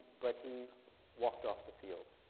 but he walked off the field.